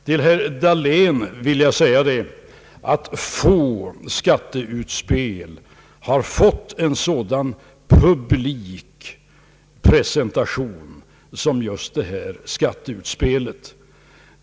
Till herr Dahlén vill jag säga att få skatteutspel har fått en sådan publik presentation som just detta.